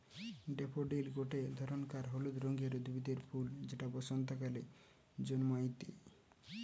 daffodil গটে ধরণকার হলুদ রঙের উদ্ভিদের ফুল যেটা বসন্তকালে জন্মাইটে